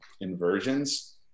inversions